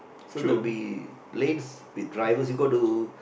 so there'll be lanes with drivers you got to